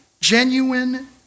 genuine